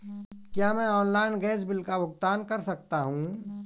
क्या मैं online gas bill का भुगतान कर सकता हूँ?